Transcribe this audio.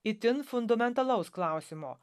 itin fundamentalaus klausimo